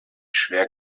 schwer